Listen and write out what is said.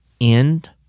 end